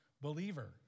believer